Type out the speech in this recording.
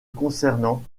concernant